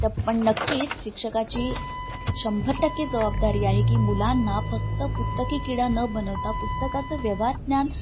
ट पण नक्कीच शिक्षकाची शंभर टक्के जबाबदारी आहे की मुलांना फक्त पुस्तकी किडा न बनवता पुस्तकाचं व्यवहारज्ञान